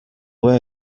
were